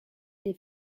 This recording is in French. des